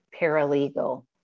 paralegal